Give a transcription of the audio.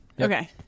Okay